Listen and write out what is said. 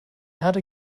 erde